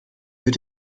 wird